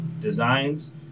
designs